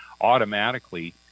automatically